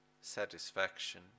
satisfaction